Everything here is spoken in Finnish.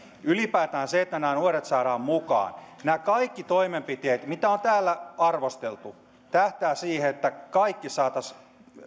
ylipäätään se että nämä nuoret saadaan mukaan nämä kaikki toimenpiteet mitä on täällä arvosteltu tähtäävät siihen että kaikki saataisiin